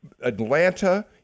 Atlanta